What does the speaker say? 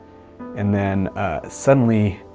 and then suddenly,